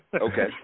Okay